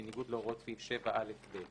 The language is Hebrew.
בניגוד להוראות סעיף 7א(ב);